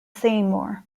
seymour